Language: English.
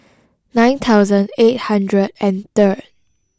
nine thousand eight hundred and third